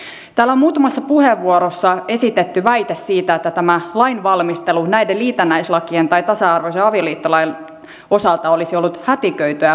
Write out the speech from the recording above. täällä on muutamassa puheenvuorossa esitetty väite siitä että tämä lainvalmistelu näiden liitännäislakien tai tasa arvoisen avioliittolain osalta olisi ollut hätiköityä ja puutteellista